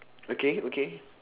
okay okay